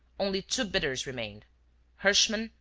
only two bidders remained herschmann,